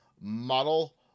model